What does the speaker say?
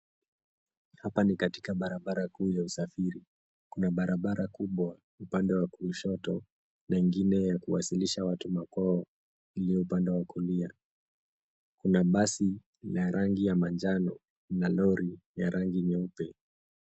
Hapa ni katika barabara kuu ya usafiri kuna barabara kubwa upande wa kushoto na ingine ya kuwasilisha watu makwao iko upande wa kulia kuna basi ya rangi ya manjano na lori ya rangi nyeupe.